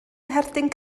ngherdyn